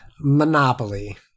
Monopoly